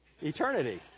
Eternity